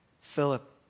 Philip